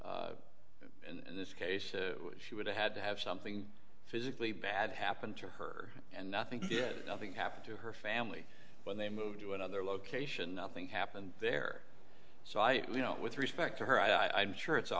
someone in this case she would have had to have something physically bad happened to her and nothing happened to her family when they moved to another location nothing happened there so i you know with respect to her i'd sure it's a